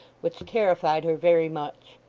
which terrified her very much.